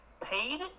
paid